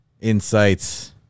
Insights